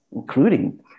including